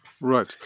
Right